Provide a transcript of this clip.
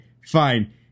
fine